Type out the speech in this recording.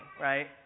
right